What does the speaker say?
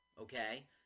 okay